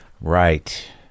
Right